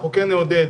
כן נעודד,